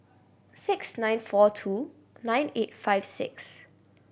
six nine four two nine eight five six